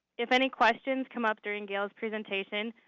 if any questions come up during gail's presentation,